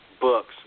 books